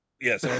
yes